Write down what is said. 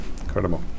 Incredible